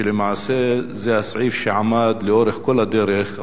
שלמעשה זה הסעיף שעמד לאורך כל הדרך,